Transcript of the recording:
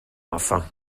enfin